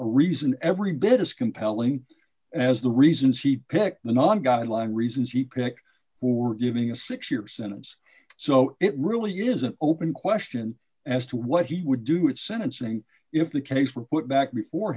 reason every bit as compelling as the reasons he picked the non guideline reasons he picked for giving a six year sentence so it really is an open question as to what he would do it sentencing if the case were put back before